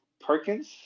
Perkins